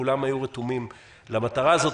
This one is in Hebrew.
כולם היו רתומים למטרה הזאת.